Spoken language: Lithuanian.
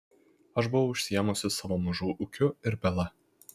aš buvau užsiėmusi savo mažu ūkiu ir bela